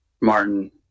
Martin